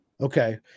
Okay